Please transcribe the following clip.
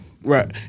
Right